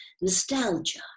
nostalgia